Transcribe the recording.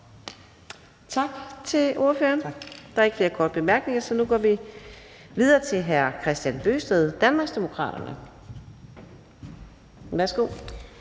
Tak til ordføreren. Der er ikke flere korte bemærkninger, så nu går vi videre til hr. Kristian Bøgsted, Danmarksdemokraterne. Værsgo.